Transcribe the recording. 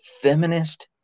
feminist